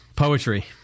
Poetry